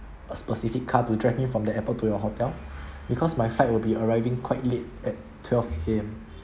a specific car to drive me from the airport to your hotel because my flight will be arriving quite late at twelve A_M